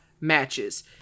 matches